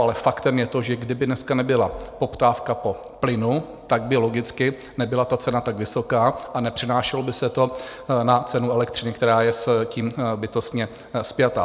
Ale faktem je to, že kdyby dneska nebyla poptávka po plynu, tak by logicky nebyla ta cena tak vysoká a nepřenášelo by se to na cenu elektřiny, která je s tím bytostně spjata.